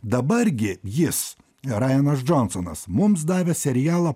dabar gi jis rajenas džonsonas mums davė serialą